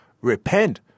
repent